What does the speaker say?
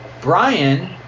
Brian